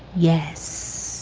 yes.